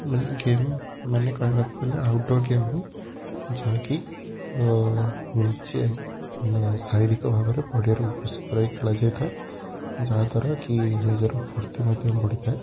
ମାନେ ଗେମ୍ମାନେ କହିବାକୁ ଗଲେ ଆଉଟ୍ଡୋର୍ ଗେମ୍ ହିଁ ଯାହାକି ନିଜେ ମାନେ ଶାରୀରିକ ଭାବରେ ପଡ଼ିଆରେ ଉପସ୍ଥିତ ରହି ଖେଳା ଯାଇଥାଏ ଯାହାଦ୍ୱାରାକି ନିଜର ଫୂର୍ତ୍ତି ମଧ୍ୟ ବଢ଼ିଥାଏ